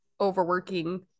overworking